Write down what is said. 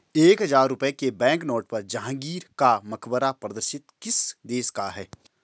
एक हजार रुपये के बैंकनोट पर जहांगीर का मकबरा प्रदर्शित किस देश का है?